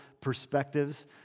perspectives